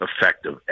effective